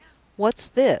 what's this?